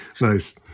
Nice